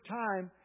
time